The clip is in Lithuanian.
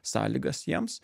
sąlygas jiems